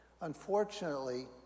Unfortunately